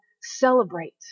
celebrate